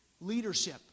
Leadership